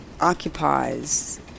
occupies